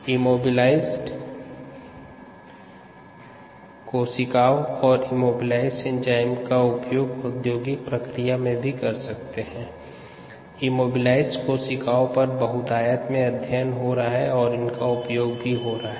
immobilised कोशिकाओं और immobilised enzymes का उपयोग ओद्योगिक प्रक्रिया में कर सकते हैं इमोबिलाइज्ड कोशिकाओं पर बहुतायत में अध्ययन किया जा रहा और ईनका उपयोग भी हो रहा है